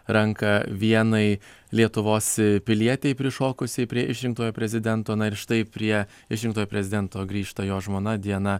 ranką vienai lietuvos pilietei prišokusiai prie išrinktojo prezidento na ir štai prie išrinktojo prezidento grįžta jo žmona diana